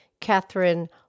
Catherine